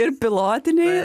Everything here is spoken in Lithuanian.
ir pilotiniai